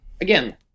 again